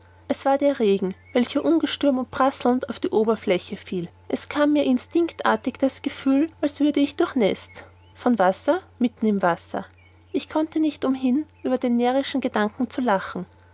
es war der regen welcher ungestüm und prasselnd auf die oberfläche fiel es kam mir instinctartig das gefühl als würde ich durchnäßt vom wasser mitten im wasser ich konnte nicht umhin über den närrischen gedanken zu lachen